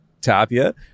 Tapia